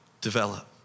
develop